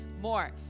more